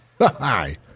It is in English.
Hi